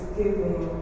giving